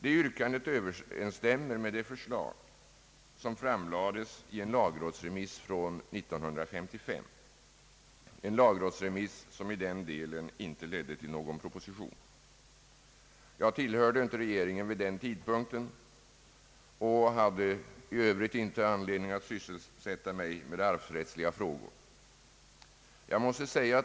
Det yrkandet överensstämmer med det förslag som framlades i en lagrådsremiss från 1955, som dock i den delen inte ledde till någon proposition. Jag tillhörde inte regeringen vid denna tidpunkt och hade i övrigt inte anledning att sysselsätta mig med arvsrättsliga frågor.